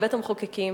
בבית-המחוקקים,